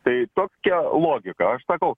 tai tokia logika aš sakau